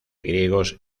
griegos